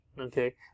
okay